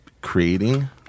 creating